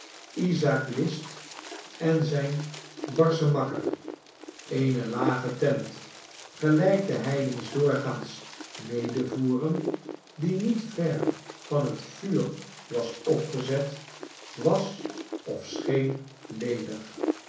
isaak list en zijn barschen makker eene lage tent gelijk de heidens doorgaans medevoeren die niet ver van het vuur was opgezet was of scheen ledig